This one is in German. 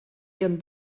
ihren